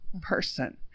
person